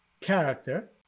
character